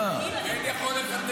כן יכול לוותר.